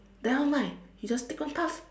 nevermind you just take one puff